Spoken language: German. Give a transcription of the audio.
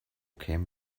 kämen